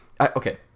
Okay